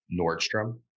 Nordstrom